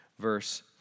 Verse